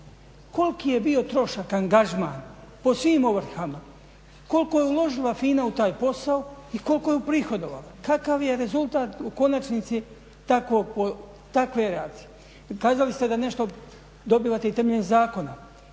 koliki je bio trošak, angažman po svim ovrhama, koliko je uložila FINA u taj posao i koliko je uprihodovala, kakav je rezultat u konačnici takve reakcije. Ukazali ste da nešto dobivate i temeljem zakona.